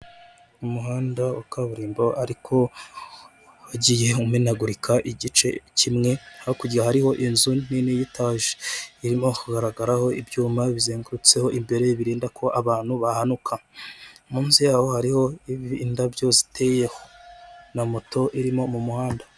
Umuhanda wa kaburimbo ariko wagiye umenegurika igice kimwe, hakurya hariho inzu nini y'itaje irimo kugaragaraho ibyuma bizengurutseho imbere birinda ko abantu bahanuka. Munsi yaho hariho indabyo ziteyeho na moto irimo mu muhanda.